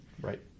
Right